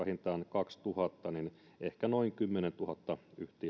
kaksituhatta niin ehkä noin kymmenentuhatta yhtiötä